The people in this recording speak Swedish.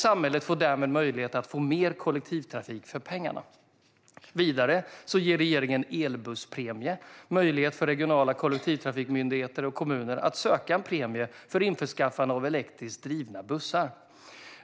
Samhället får därmed möjlighet att få mer kollektivtrafik för pengarna. Vidare ger regeringens elbusspremie möjlighet för regionala kollektivtrafikmyndigheter och kommuner att söka en premie för införskaffande av elektriskt drivna bussar.